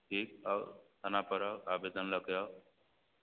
ठीक आउ थानापर आउ आवेदन लऽके आउ